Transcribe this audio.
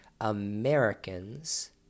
Americans